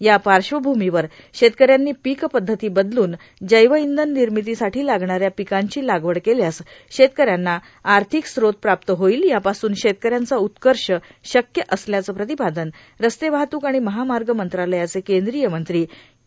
या पार्श्वभूमीवर शेतकर्यांनी पीक पध्दती बदलून जैव इंधन निर्मितीसाठी लागणार्या पिकांची लागवड केल्यास शेतकर्यांना आर्थिक स्रोत प्राप्त होईल यापासून शेतकर्यांचा उत्कर्ष शक्य असल्याचे प्रतिपादन रस्ते वाहतूक आणि महामार्ग मंत्रालयाचे केंद्रिय मंत्री श्री